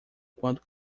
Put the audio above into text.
quando